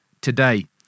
Today